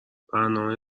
برنامه